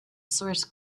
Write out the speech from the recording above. source